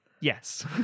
yes